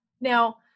Now